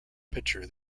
pitcher